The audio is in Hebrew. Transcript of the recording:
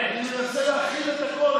מנסה להכיל את הכול,